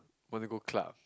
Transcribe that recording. want to go club